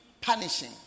punishing